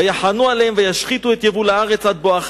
ויחנו עליהם וישחיתו את יבול הארץ עד בואך